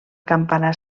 campanar